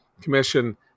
commission